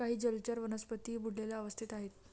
काही जलचर वनस्पतीही बुडलेल्या अवस्थेत आहेत